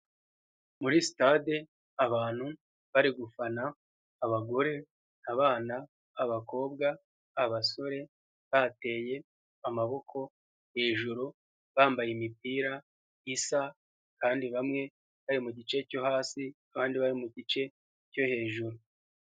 Muri sitade abantu bari gufana: abagore, abana, abakobwa, abasore, bateye amaboko hejuru bambaye imipira isa kandi bamwe bari mu gice cyo hasi abandi bari mu gice cyo hejuru.